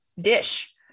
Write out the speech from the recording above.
dish